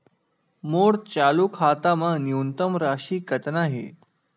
मोर चालू खाता मा न्यूनतम राशि कतना हे?